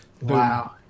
wow